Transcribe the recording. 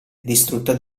distrutta